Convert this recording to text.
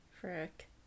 Frick